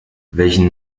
welchen